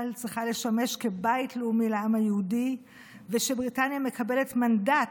צריכה לשמש בית לאומי לעם היהודי ושבריטניה מקבלת מנדט,